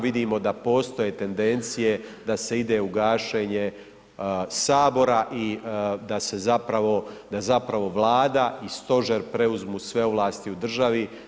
Vidimo da postoje tendencije da se ide u gašenje Sabora i da zapravo Vlada i stožer preuzmu sve ovlasti u državi.